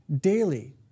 daily